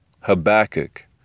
Habakkuk